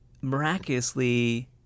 miraculously